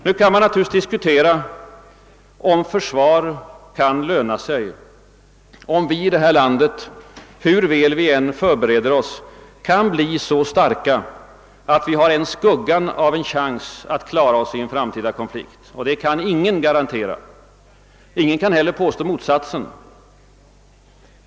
Man kan naturligtvis diskutera om försvar kan löna sig, om vi i detta land, hur väl vi än förbereder oss, kan bli så starka att vi har ens skuggan av en chans att klara oss i en framtida konflikt. Det kan ingen garantera. Ingen kan heller påstå motsatsen.